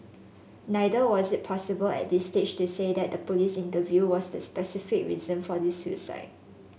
neither was it possible at this stage to say that the police interview was the specific reason for his suicide